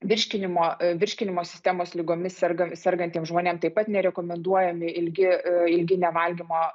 virškinimo virškinimo sistemos ligomis serga sergantiem žmonėm taip pat nerekomenduojami ilgi ilgi nevalgymo